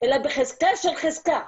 אלא בחזקה של חזקה.